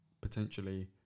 potentially